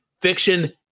fiction